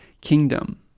kingdom